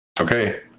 Okay